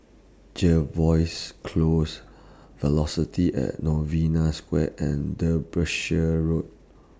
Jervois Close Velocity At Novena Square and Derbyshire Road